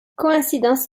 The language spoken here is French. coïncidence